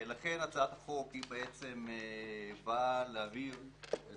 לכן, הצעת החוק בעצם באה להבהיר את